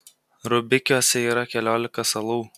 rubikiuose yra keliolika salų